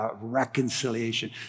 Reconciliation